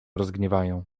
rozgniewają